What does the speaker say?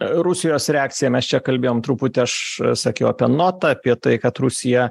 rusijos reakciją mes čia kalbėjom truputį aš sakiau apie notą apie tai kad rusija